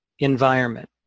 Environment